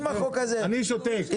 אני שותק.